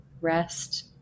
rest